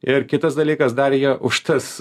ir kitas dalykas dar jie už tas